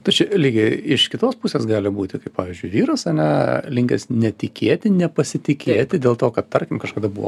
tai čia lygiai iš kitos pusės gali būti kaip pavyzdžiui vyras ane linkęs netikėti nepasitikėti dėl to kad tarkim kažkada buvo